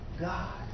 God